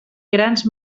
grans